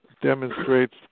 demonstrates